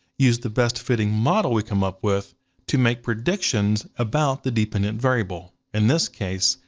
use the best fitting model we come up with to make predictions about the dependent variable. in this case,